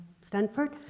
Stanford